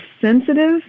sensitive